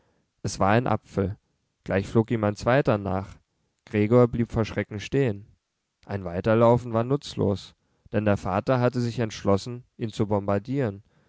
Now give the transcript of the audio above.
es war ein apfel gleich flog ihm ein zweiter nach gregor blieb vor schrecken stehen ein weiterlaufen war nutzlos denn der vater hatte sich entschlossen ihn zu bombardieren